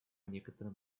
некоторым